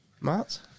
Matt